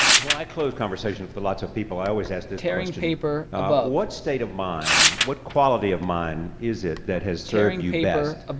i close conversations with but lots of people, i always ask this question what state of mind, what quality of mind is it that has served you best?